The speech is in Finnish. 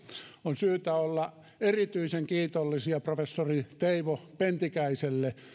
on syytä olla erityisen kiitollisia professori teivo pentikäiselle